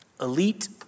Elite